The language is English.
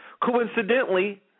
Coincidentally